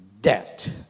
debt